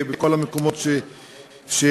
בכל המקומות שהזכרנו,